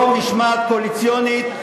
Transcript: לא משמעת קואליציונית,